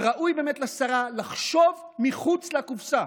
וראוי באמת לשרה לחשוב מחוץ לקופסה,